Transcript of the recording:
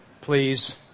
Please